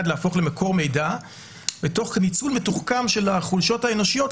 להפוך למקור מידע תוך ניצול מתוחכם של החולשות האנושיות,